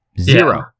Zero